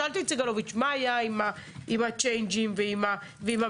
שאלתי את סגלוביץ: מה היה עם הצ'יינג'ים ועם המזומן?